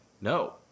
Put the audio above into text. no